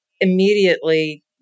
immediately